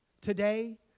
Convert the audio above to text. today